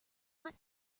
not